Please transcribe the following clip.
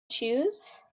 choose